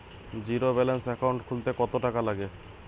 Zero balance account খুলতে কত টাকা লাগে?